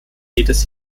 jedes